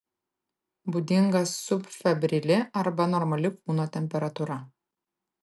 būdinga subfebrili arba normali kūno temperatūra